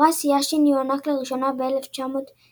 פרס יאשין הוענק לראשונה ב-1994,